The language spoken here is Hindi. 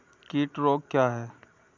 कीट रोग क्या है?